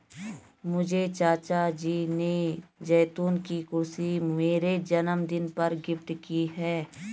मुझे चाचा जी ने जैतून की कुर्सी मेरे जन्मदिन पर गिफ्ट की है